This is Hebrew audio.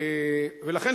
ולכן,